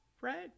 right